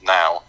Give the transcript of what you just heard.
now